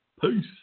Peace